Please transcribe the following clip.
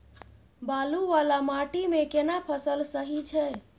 बालू वाला माटी मे केना फसल सही छै?